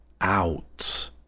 out